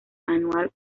anual